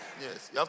Yes